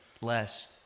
less